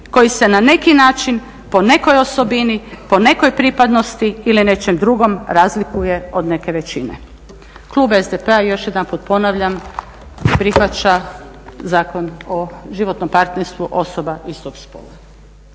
koji se na neki način po nekoj osobini po nekoj pripadnosti ili nečem drugom razlikuje od neke većine. Klub SDP još jedanput ponavljam prihvaća zakon o životnom partnerstvu osoba istog spola.